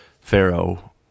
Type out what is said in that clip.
Pharaoh